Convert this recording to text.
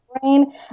brain